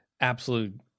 absolute